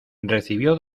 recibió